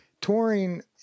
touring